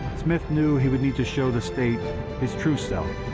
smith knew he would need to show the state his true self,